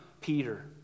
Peter